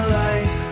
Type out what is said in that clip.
light